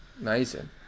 Amazing